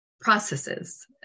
processes